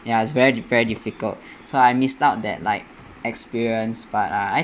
ya it's very di~ very difficult so I missed out that like experience but I